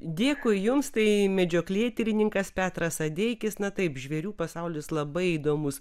dėkui jums tai medžioklėtyrininkas petras adeikis na taip žvėrių pasaulis labai įdomus